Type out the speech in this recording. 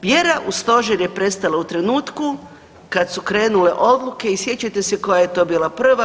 Vjera u Stožer je prestala u trenutku kad su krenule odluke i sjećate se koja je to bila prva.